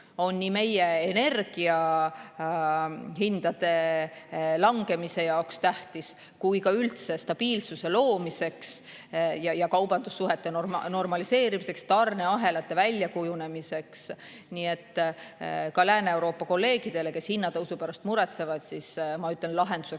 nii meie energiahindade langemise jaoks kui ka üldse stabiilsuse loomiseks ning kaubandussuhete normaliseerimiseks ja tarneahelate väljakujunemiseks. Nii et ka Lääne-Euroopa kolleegidele, kes hinnatõusu pärast muretsevad, ma ütlen, et lahenduseks